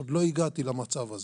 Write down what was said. עוד לא הגעתי למצב הזה.